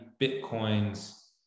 Bitcoin's